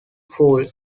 fool